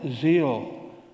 zeal